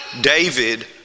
David